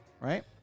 Right